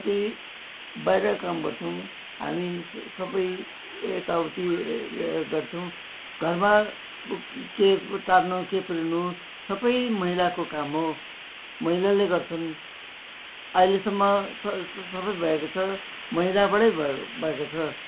यी बाहिरको काम गर्छौँ हामी स सबै एता उति गर्छौँ घरमा ब के टार्नु के पुर्याउनु सबै महिलाको काम हो महिलाले गर्छन् अहिलेसम्म स स सबै भएको छ महिलाबाटै भयो भएको छ